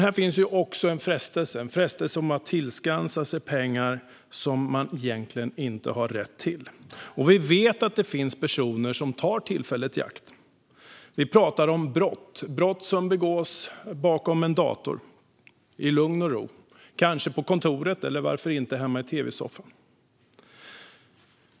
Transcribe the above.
Här finns också en frestelse att tillskansa sig pengar som man egentligen inte har rätt till. Vi vet att det finns personer som tar tillfället i akt. Vi talar om brott som begås vid en dator, i lugn och ro på kontoret eller hemma i tv-soffan.